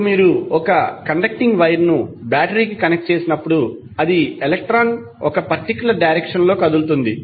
ఇప్పుడు మీరు ఒక కండక్టింగ్ వైర్ ను బ్యాటరీ కి కనెక్ట్ చేసినప్పుడు అది ఎలక్ట్రాన్ ఒక పర్టిక్యులర్ డైరెక్షన్ లో కదులుతుంది